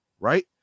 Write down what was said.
right